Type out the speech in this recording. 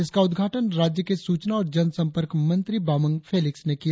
इसका उद्घाटन राज्य के सूचना और जनसंपर्क मंत्री बामांग फेलिक्स ने किया